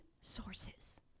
sources